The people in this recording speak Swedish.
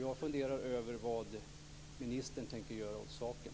Jag funderar över vad ministern tänker göra åt saken.